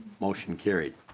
motion carries.